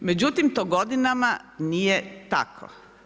Međutim, to godinama nije tako.